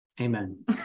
Amen